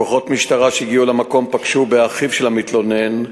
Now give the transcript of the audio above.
כוחות משטרה שהגיעו למקום פגשו באחיו של המתלונן,